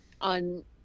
on